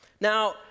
Now